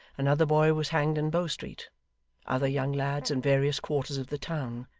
another boy was hanged in bow street other young lads in various quarters of the town.